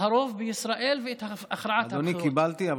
הרוב בישראל ואת הכרעת הבחירות קיבלתי,